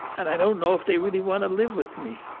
and i don't know if they really want to live with me.